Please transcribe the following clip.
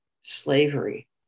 slavery